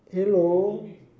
halo